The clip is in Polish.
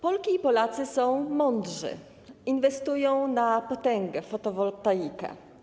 Polki i Polacy są mądrzy, inwestują na potęgę w fotowoltaikę.